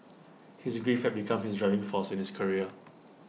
his grief had become his driving force in his career